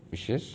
suspicious